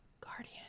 guardian